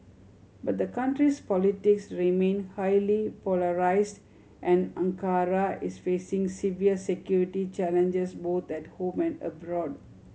but the country's politics remain highly polarised and Ankara is facing severe security challenges both at home and abroad